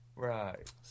Right